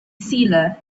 sealer